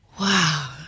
Wow